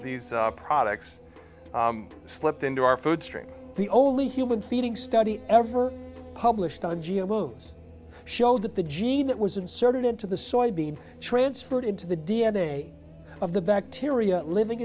these products slipped into our food stream the only human feeding study ever published on geo wounds showed that the gene that was inserted into the soybean transferred into the d n a of the bacteria living